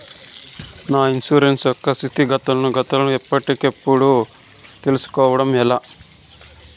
నా ఇన్సూరెన్సు యొక్క స్థితిగతులను గతులను ఎప్పటికప్పుడు కప్పుడు తెలుస్కోవడం ఎలా?